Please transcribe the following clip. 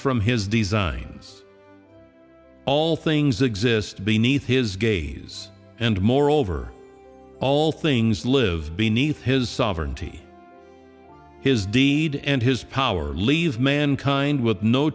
from his designs all things exist beneath his gaze and moreover all things live beneath his sovereignty his deed and his power leave mankind with no